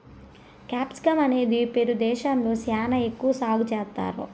capsicum అనేది Peru దేశంలో శ్యానా ఎక్కువ సాగు చేత్తారు